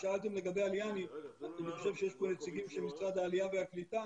אני חושב שיש פה נציגים של משרד העלייה והקליטה,